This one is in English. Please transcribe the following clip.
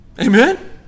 Amen